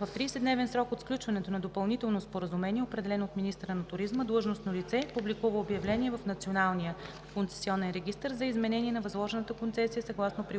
В 30-дневен срок от сключването на допълнителното споразумение определеното от министъра на туризма длъжностно лице публикува обявление в Националния концесионен регистър за изменение на възложена концесия съгласно приложение